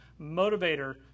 motivator